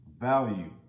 Value